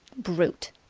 brute!